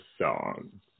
song